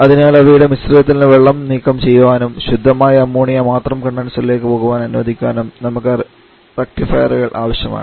അതിനാൽ അവയുടെ മിശ്രിതത്തിൽ നിന്ന് വെള്ളം നീക്കംചെയ്യാനും ശുദ്ധമായ അമോണിയ മാത്രം കണ്ടൻസറിലേക്ക് പോകാൻ അനുവദിക്കാനും നമുക്ക് റക്റ്റിഫയറുകൾ ആവശ്യമാണ്